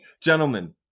gentlemen